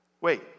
Wait